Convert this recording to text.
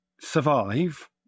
survive